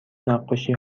نقاشی